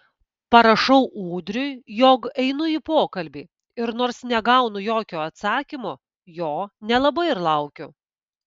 parašau ūdriui jog einu į pokalbį ir nors negaunu jokio atsakymo jo nelabai ir laukiu